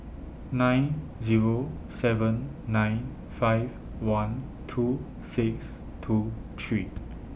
nine Zero seven nine five one two six two three